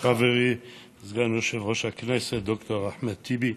חברי סגן יושב-ראש הכנסת ד"ר אחמד טיבי,